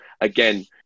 Again